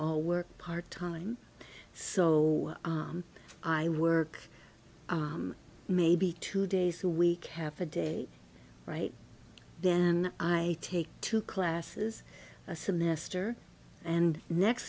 all work part time so i work maybe two days a week half a day right then i take two classes a semester and next